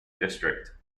district